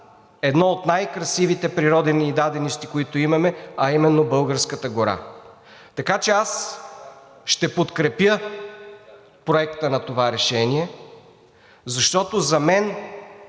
една от най-красивите природни дадености, които имаме, а именно българската гора. Така че аз ще подкрепя Проекта на това решение, защото за мен